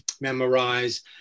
memorize